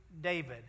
David